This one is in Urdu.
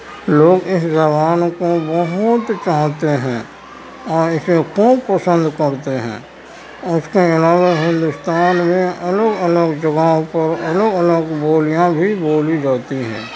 لوگ اس زبان کو بہت چاہتے ہیں اور اسے خوب پسند کرتے ہیں اس کے علاوہ ہندوستان میں الگ الگ جگہوں پر الگ الگ بولیاں بھی بولی جاتی ہیں